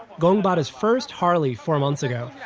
gong bought his first harley four months ago.